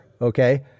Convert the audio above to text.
okay